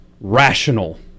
rational